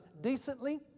decently